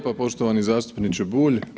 poštovani zastupniče Bulj.